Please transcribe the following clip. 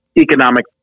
economic